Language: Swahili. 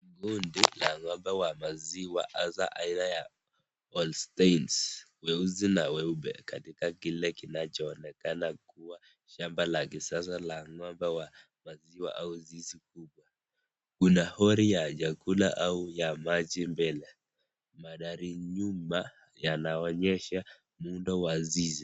Kundi la ngombe wa maziwa haswa aina ya allstains , weusi na weupe katika kile kinacho onekana kua shamba la kisasa la ngombe wa maziwa au zizi kubwa. Kuna lori ya chakula au ya maji mbele. Mandhari nyuma, yanaonyesha muundo wa zizi.